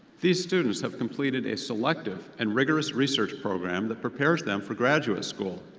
these students have completed a selective and rigorous research program that prepares them for graduate school.